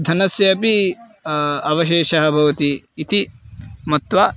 धनस्य अपि अवशेषः भवति इति मत्वा